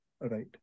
Right